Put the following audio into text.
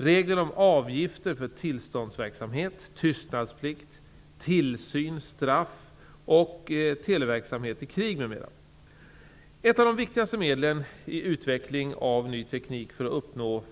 Regler finns för avgifter för tillståndsverksamhet, tystnadsplikt, tillsyn, straff, televerksamhet i krig, m.m. Ett av de viktigaste medlen i utveckling av ny teknik för att uppnå